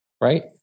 Right